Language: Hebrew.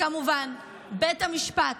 כמובן בית המשפט,